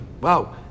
Wow